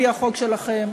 על-פי החוק שלכם,